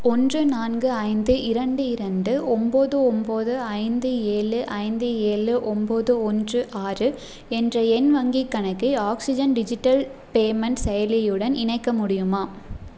ஒன்று நான்கு ஐந்து இரண்டு இரண்டு ஒம்பது ஒம்பது ஐந்து ஏழு ஐந்து ஏழு ஒம்பது ஒன்று ஆறு என்ற என் வங்கிக் கணக்கை ஆக்ஸிஜன் டிஜிட்டல் பேமெண்ட் செயலியுடன் இணைக்க முடியுமா